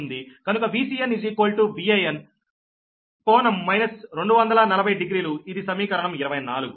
కనుక Vcn Van ∟ 240 degree లు ఇది సమీకరణం 24